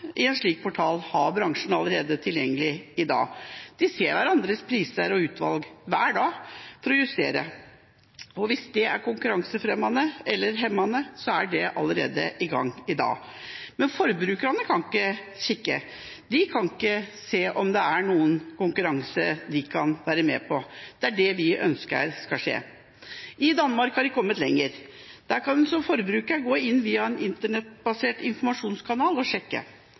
i en slik portal, har bransjen allerede tilgjengelig i dag. De ser hverandres priser og utvalg hver dag for å justere. Og hvis det er konkurransefremmende eller -hemmende, er det allerede i gang i dag. Men forbrukerne kan ikke kikke. De kan ikke se om det er noen konkurranse de kan være med på. Det er det vi ønsker skal skje. I Danmark er de kommet lenger. Der kan en som forbruker gå inn via en internettbasert informasjonskanal og sjekke.